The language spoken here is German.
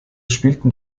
spielten